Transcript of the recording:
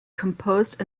composed